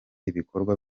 ibikorwa